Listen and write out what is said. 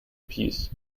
peas